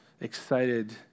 excited